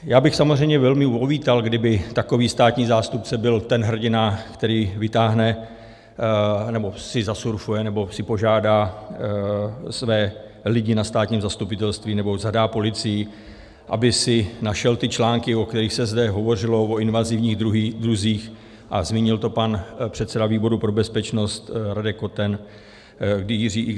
Já bych samozřejmě velmi uvítal, kdyby takový státní zástupce byl ten hrdina, který vytáhne nebo si zasurfuje nebo si požádá své lidi na státním zastupitelství nebo zadá policii, aby si našel ty články, o kterých se zde hovořilo, o invazivních druzích, a zmínil to pan předseda výboru pro bezpečnost Radek Koten, kdy Jiří X.